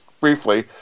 briefly